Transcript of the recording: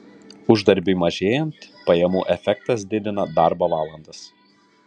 uždarbiui mažėjant pajamų efektas didina darbo valandas